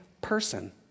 person